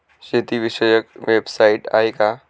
शेतीविषयक वेबसाइट आहे का?